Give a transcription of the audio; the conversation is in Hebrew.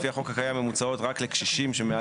לפי החוק הקיים הן מוצעות רק לקשישים שמעל